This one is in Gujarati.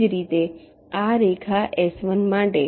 એ જ રીતે આ રેખા S1 માટે